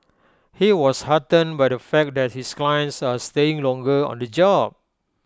he was heartened by the fact that his clients are staying longer on the job